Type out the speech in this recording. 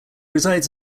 resides